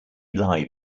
live